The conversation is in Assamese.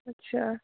আচ্ছা